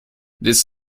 this